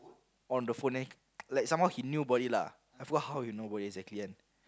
on the phone then l~ like somehow he knew about it lah I forgot how he know about it exactly one